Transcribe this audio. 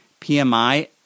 PMI